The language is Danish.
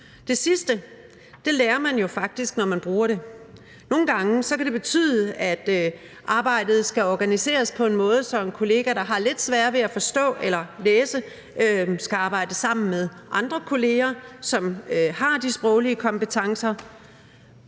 Det sidste lærer man jo faktisk, når man bruger det. Nogle gange kan det betyde, at arbejdet skal organiseres på en måde, så en kollega, der har lidt sværere ved at forstå eller læse, skal arbejde sammen med andre kolleger, som har de sproglige kompetencer.